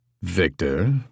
Victor